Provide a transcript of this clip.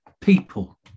people